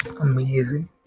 amazing